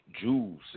jewels